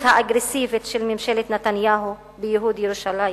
האגרסיבית של ממשלת נתניהו בייהוד ירושלים,